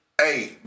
Hey